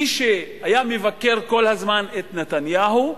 מי שביקר כל הזמן את נתניהו,